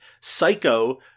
psycho